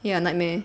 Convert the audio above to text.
ya nightmare